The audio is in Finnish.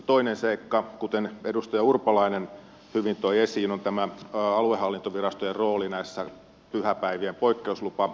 toinen seikka kuten edustaja urpalainen hyvin toi esiin on tämä aluehallintovirastojen rooli näissä pyhäpäivien poikkeuslupahakemuksissa